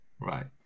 Right